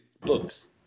books